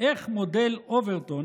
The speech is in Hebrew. איך מודל אוברטון